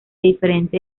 diferente